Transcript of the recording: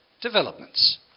developments